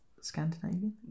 Scandinavian